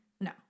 No